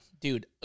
Dude